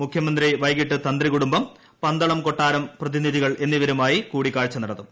മുഖ്യമന്ത്രി വൈകിട്ട് തന്ത്രികുടുംബം പന്തളം കൊട്ടാരം പ്രതിനിധികൾ എന്നൂട്ടിരുമായും കൂടിക്കാഴ്ച നടത്തും